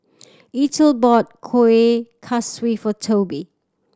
Eithel bought kueh kosui for Toby